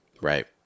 Right